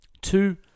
Two